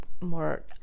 more